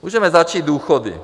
Můžeme začít důchody.